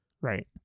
Right